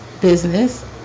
business